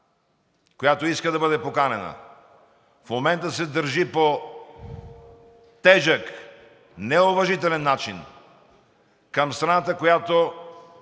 която иска да бъде поканена, в момента се държи по тежък, неуважителен начин към страната, която